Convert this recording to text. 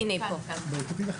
אני לא קיבלתי